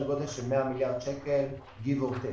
גודל של 100 מיליארד שקל פחות או יותר.